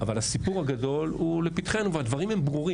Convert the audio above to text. אבל הסיפור הגדול הוא לפתחנו, והדברים הם ברורים.